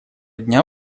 дня